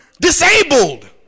disabled